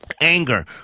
anger